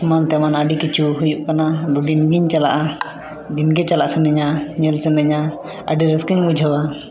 ᱮᱢᱟᱱ ᱛᱮᱢᱟᱱ ᱟᱹᱰᱤᱠᱤᱪᱷᱩ ᱦᱩᱭᱩᱜ ᱠᱟᱱᱟ ᱟᱫᱚ ᱫᱤᱱᱜᱤᱧ ᱪᱟᱞᱟᱜᱼᱟ ᱫᱤᱱᱜᱮ ᱪᱟᱞᱟᱜ ᱥᱟᱱᱟᱧᱟ ᱧᱮᱞ ᱥᱟᱱᱟᱧᱟ ᱟᱹᱰᱤ ᱨᱟᱹᱥᱠᱟᱹᱧ ᱵᱩᱡᱷᱟᱹᱣᱟ